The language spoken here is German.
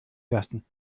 lassen